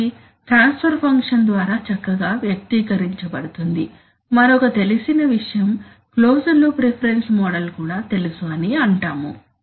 ఇది transfer function ద్వారా చక్కగా వ్యక్తీకరించబడుతుంది మరొక తెలిసిన విషయం క్లోజ్డ్ లూప్ రిఫరెన్స్ మోడల్ కూడా తెలుసు అని అంటాము